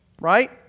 Right